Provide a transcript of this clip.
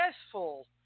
successful